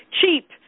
cheap